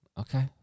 Okay